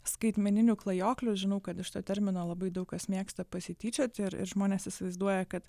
skaitmeninių klajoklių žinau kad iš to termino labai daug kas mėgsta pasityčioti ir ir žmonės įsivaizduoja kad